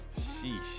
sheesh